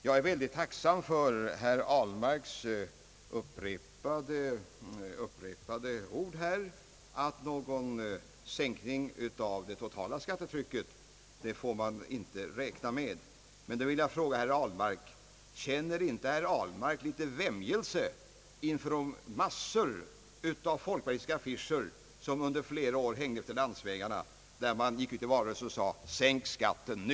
Jag är väldigt tacksam för herr Ahlmarks upprepade ord här att man inte får räkna med någon sänkning av det totala skattetrycket, men jag tycker att herr Ahlmark borde känna vämjelse inför de mängder av folkpartistiska affischer som under flera år hängt efter landsvägarna och med vilka man gått ut i valrörelsen och sagt: Sänk skatten nu!